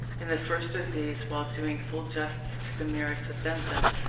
in the first of these, while doing full justice to the merits of bentham,